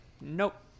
nope